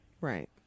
Right